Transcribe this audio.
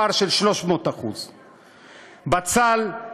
פער של 300%; בצל,